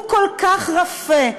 הוא כל כך רפה,